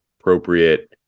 appropriate